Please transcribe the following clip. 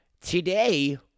Today